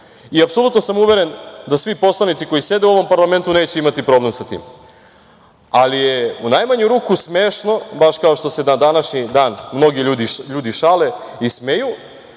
Apsolutno sam uveren da svi poslanici koji sede u ovom parlamentu neće imati problem sa tim, ali je u najmanju ruku smešno, baš kao što se na današnji dan mnogi ljudi šale i smeju,